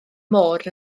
môr